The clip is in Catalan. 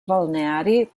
balneari